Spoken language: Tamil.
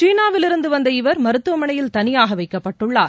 சீனாவிலிருந்து வந்த இவர் மருத்துவமனையில் தனியாக வைக்கப்பட்டுள்ளார்